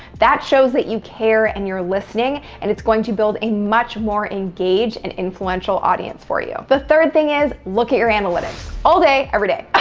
that shows that you care and you're listening, and it's going to build a much more engaged and influential audience for you. the third thing is look at your analytics. all day, every day.